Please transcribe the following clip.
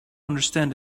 understand